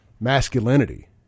masculinity